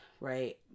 right